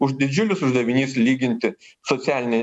už didžiulis uždavinys lyginti socialinę